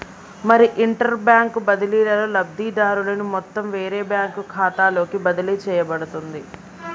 మరి interbank బదిలీలో లబ్ధిదారుని మొత్తం వేరే బ్యాంకు ఖాతాలోకి బదిలీ చేయబడుతుంది